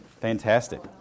Fantastic